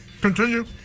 Continue